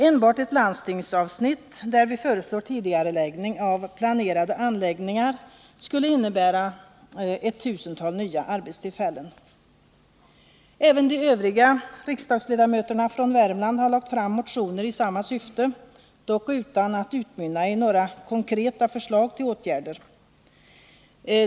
Enbart ett landstingsavsnitt, där vi föreslår tidigareläggning av planerade anläggningar, skulle innebära ett tusental nya arbetstillfällen. Även de övriga riksdagsledamöterna från Värmland har lagt fram motioner i samma syfte, som dock inte utmynnar i några konkreta förslag till åtgärder.